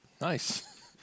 Nice